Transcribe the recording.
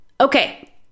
Okay